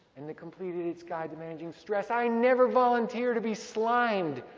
and the complete idiot's guide to managing stress. i never volunteer to be slimed,